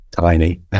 tiny